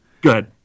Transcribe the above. Good